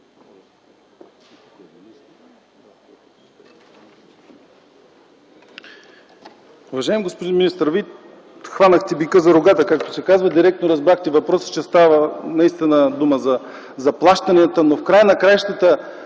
Уважаеми господин министър, Вие хванахте бика за рогата, както се казва – директно разбрахте въпроса, че наистина става дума за заплащанията. В края на краищата